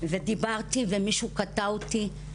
דיברתי ומישהו קטע אותי,